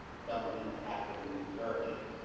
someone who is actively searching.